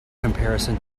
comparison